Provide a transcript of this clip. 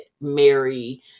Mary